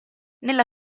nella